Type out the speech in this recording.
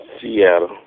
Seattle